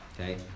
okay